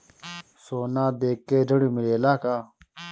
सोना देके ऋण मिलेला का?